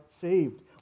saved